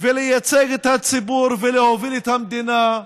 ולייצג את הציבור ולהוביל את המדינה.